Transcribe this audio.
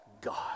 God